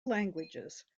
languages